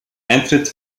eintritt